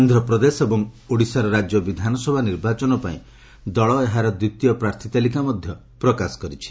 ଆନ୍ଧ୍ରପ୍ରଦେଶ ଏବଂ ଓଡ଼ିଶାର ରାଜ୍ୟ ବିଧାନସଭା ନିର୍ବାଚନ ପାଇଁ ଦଳ ଏହାର ଦ୍ୱିତୀୟ ପ୍ରାର୍ଥୀ ତାଲିକା ମଧ୍ୟ ପ୍ରକାଶ କରିଛି